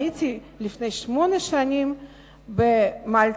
הייתי לפני שמונה שנים במלטה,